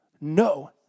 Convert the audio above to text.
No